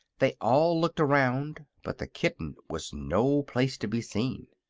they all looked around, but the kitten was no place to be seen.